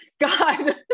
God